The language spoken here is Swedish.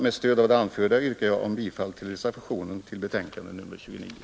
Med stöd av det anförda yrkar jag bifall till reservationen vid betänkande nr 29.